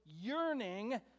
yearning